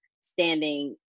standing